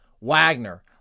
wagner